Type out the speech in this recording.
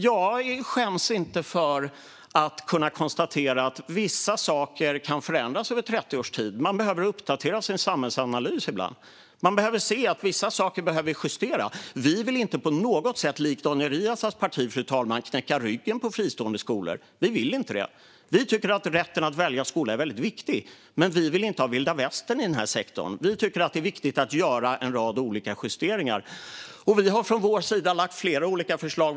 Jag skäms inte över att kunna konstatera att vissa saker kan förändras under 30 års tid. Man behöver uppdatera sin samhällsanalys ibland. Man behöver se att vissa saker behöver justeras. Vi vill inte på något sätt likt Daniel Riazats parti, fru talman, knäcka ryggen på fristående skolor. Vi tycker att rätten att välja skola är väldigt viktig. Men vi vill inte ha vilda västern i den här sektorn. Vi tycker att det är viktigt att göra en rad olika justeringar. Och vi har från vår sida lagt fram flera olika förslag.